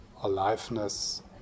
aliveness